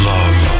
Love